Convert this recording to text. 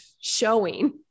showing